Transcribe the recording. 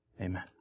Amen